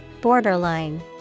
borderline